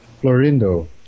Florindo